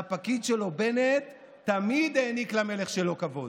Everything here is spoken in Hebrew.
והפקיד שלו, בנט, תמיד העניק למלך שלו כבוד.